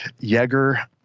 Yeager